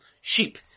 sheep